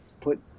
put